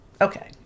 okay